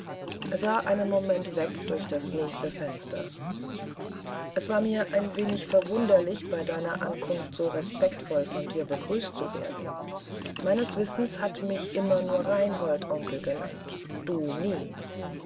er sah einen moment weg durch das nächste fenster es war mir ein wenig verwunderlich bei deiner ankunft so respektvoll von dir begrüßt zu werden meines wissens hat mich immer nur reinhold onkel genannt du nie